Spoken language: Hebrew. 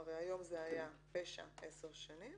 היום על פשע זה היה 10 שנים